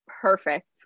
Perfect